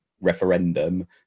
referendum